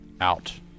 out